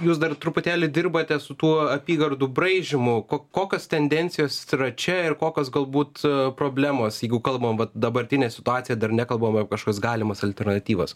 jūs dar truputėlį dirbate su tuo apygardų braižymu ko kokios tendencijos čia ir kokios galbūt problemos jeigu kalbam vat dabartinė situacija dar nekalbam kažkas galimas alternatyvas